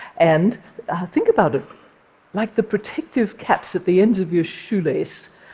and think about it like the protective caps at the ends of your shoelace.